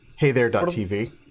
HeyThere.tv